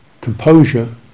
composure